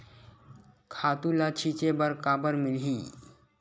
खातु ल छिंचे बर काबर मिलही?